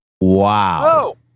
wow